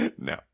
No